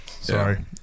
sorry